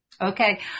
Okay